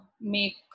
make